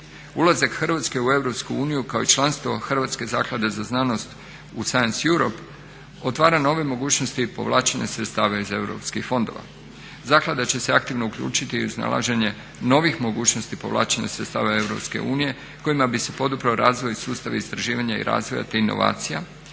Ulazak Hrvatske u EU kao i članstvo Hrvatske zaklade za znanost u science europe otvara nove mogućnosti i povlačenje sredstava iz europski fondova. Zaklada će se aktivno uključiti u iznalaženje novih mogućnosti povlačenja sredstava EU kojima bi se podupro razvoj sustav istraživanja i razvoja te inovacija,